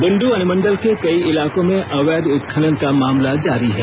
बुंड अनुमण्डल के कई इलाकों में अवैध उत्खनन का मामला जारी है